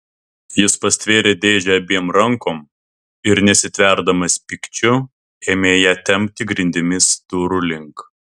jis pastvėrė dėžę abiem rankom ir nesitverdamas pykčiu ėmė ją tempti grindimis durų link